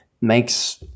makes